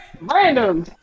Random